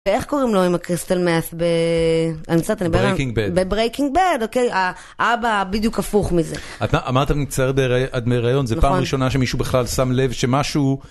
ואיך קוראים לו עם הקריסטל מאט בברייקינג בד, האבא בדיוק הפוך מזה. אמרת נמצא עד להריון, זו פעם ראשונה שמישהו בכלל שם לב שמשהו...